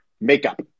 makeup